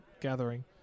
gathering